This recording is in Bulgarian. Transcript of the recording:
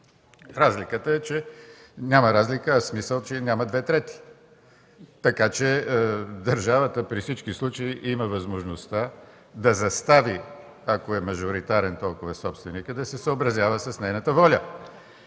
Разликата е, че няма разлика, в смисъл, че няма две трети. Така че държавата при всички случаи има възможността да застави, ако е мажоритарен толкова собственикът, да се съобразява с нейната воля.